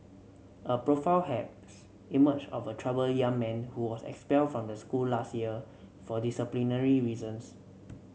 a profile has emerged of a troubled young man who was expelled from the school last year for disciplinary reasons